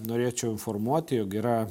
norėčiau informuoti jog yra